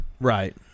Right